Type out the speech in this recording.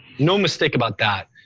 no mistake about that.